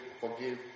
forgive